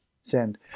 Send